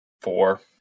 Four